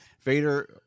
vader